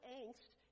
angst